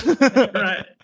Right